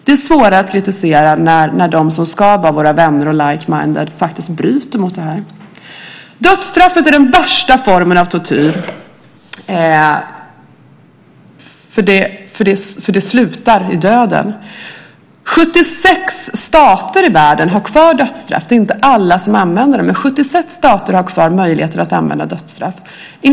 Det är svårare att kritisera när de som ska vara våra vänner och like minded faktiskt bryter mot mänskliga rättigheter. Dödsstraffet är den värsta formen av tortyr, för det slutar i döden. 76 stater i världen har kvar dödsstraffet. Det är inte alla som använder det, men 76 stater har kvar möjligheten att använda det.